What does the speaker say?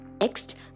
Next